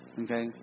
Okay